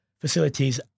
facilities